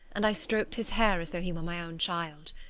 and i stroked his hair as though he were my own child.